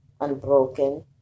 unbroken